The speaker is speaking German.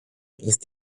ist